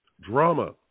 Drama